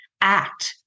act